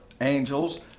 angels